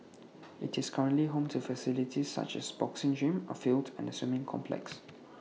IT is currently home to facilities such as A boxing gym A field and A swimming complex